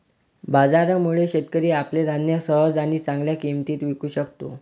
बाजारामुळे, शेतकरी आपले धान्य सहज आणि चांगल्या किंमतीत विकू शकतो